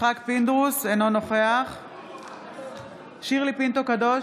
אינו נוכח שירלי פינטו קדוש,